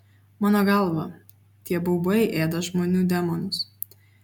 mano galva tie baubai ėda žmonių demonus